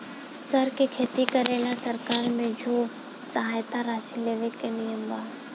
सर के खेती करेला सरकार से जो सहायता राशि लेवे के का नियम बा?